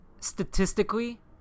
statistically